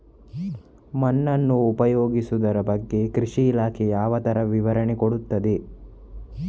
ಮಣ್ಣನ್ನು ಉಪಯೋಗಿಸುದರ ಬಗ್ಗೆ ಕೃಷಿ ಇಲಾಖೆ ಯಾವ ತರ ವಿವರಣೆ ಕೊಡುತ್ತದೆ?